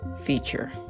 feature